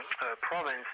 province